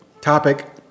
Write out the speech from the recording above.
topic